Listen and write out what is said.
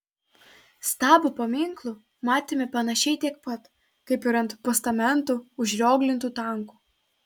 stabo paminklų matėme panašiai tiek pat kaip ir ant postamentų užrioglintų tankų